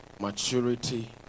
maturity